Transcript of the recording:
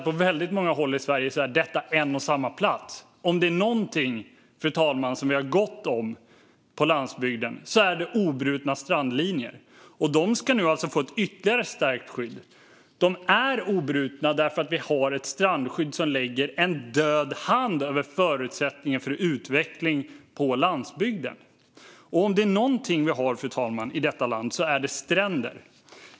På väldigt många håll i Sverige är det likadant, och om det är något som vi har gott om på landsbygden är det obrutna strandlinjer, och de ska nu alltså få ytterligare stärkt skydd. De är obrutna för att vi har ett strandskydd som lägger en död hand över möjligheten till utveckling på landsbygden. Om det är något vi har i detta land är det stränder.